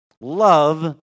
love